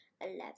eleven